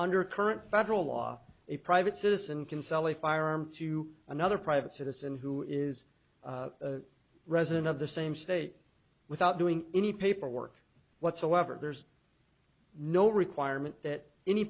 under current federal law a private citizen can sell a firearm to another private citizen who is a resident of the same state without doing any paperwork whatsoever there's no requirement that any